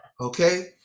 okay